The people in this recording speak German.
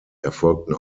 erfolgten